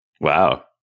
wow